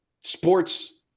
sports